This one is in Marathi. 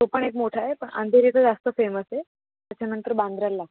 तो पण एक मोठा आहे पण अंधेरीचा जास्त फेमस आहे त्याच्यानंतर वांद्रयाला लागत्